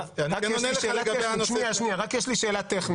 רק יש לי שאלה טכנית